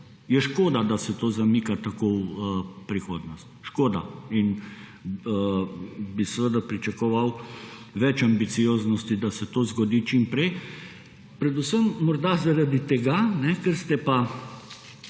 je škoda, da se to zamika tako v prihodnost. Škoda. Seveda bi pričakoval več ambicioznosti, da se to zgodi čim prej. Predvsem morda zaradi tega, ker ste pa